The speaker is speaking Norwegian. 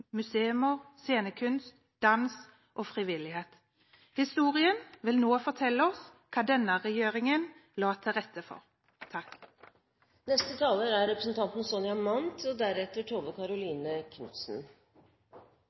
museer, scenekunst, dans og frivillighet. Historien vil nå fortelle oss hva denne regjeringen la til rette for. Den rød-grønne regjeringa la fram et godt kulturbudsjett og